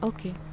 Okay